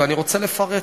ואני רוצה לפרט: